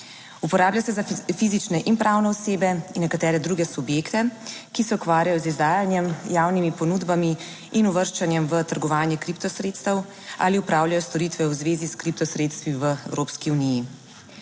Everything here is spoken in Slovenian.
Uporablja se za fizične in pravne osebe in nekatere druge subjekte, ki se ukvarjajo z izdajanjem javnimi ponudbami. In uvrščanjem v trgovanje kripto sredstev. Ali opravljajo storitve v zvezi s kripto sredstvi v Evropski uniji.